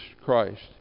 Christ